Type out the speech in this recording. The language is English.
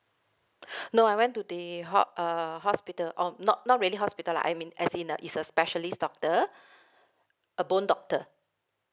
no I went to the ho~ uh hospital oh not not really hospital lah I mean as in a it's a specialist doctor a bone doctor